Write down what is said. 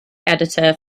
editor